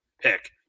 pick